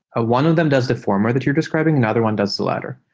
ah one of them does the former that you're describing. another one does the later.